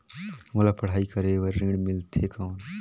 मोला पढ़ाई करे बर ऋण मिलथे कौन?